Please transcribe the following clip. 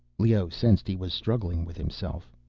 leoh sensed he was struggling with himself.